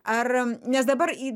ar nes dabar